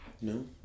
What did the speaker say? no